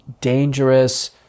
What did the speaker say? dangerous